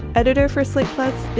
editor for slate plus,